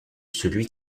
celui